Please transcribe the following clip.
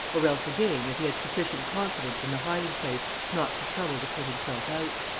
or else again that he had sufficient confidence in the hiding-place not to trouble to put himself out.